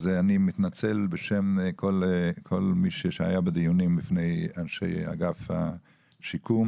אני מתנצל בשם כל מי שהיה בדיונים לפני אגף השיקום.